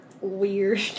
weird